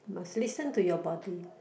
must listen to your body